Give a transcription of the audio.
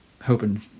hoping